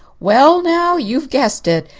well now, you've guessed it!